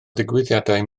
ddigwyddiadau